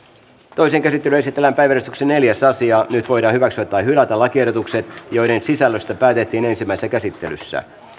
toiseen käsittelyyn esitellään päiväjärjestyksen neljäs asia nyt voidaan hyväksyä tai hylätä lakiehdotukset joiden sisällöstä päätettiin ensimmäisessä käsittelyssä